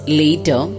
later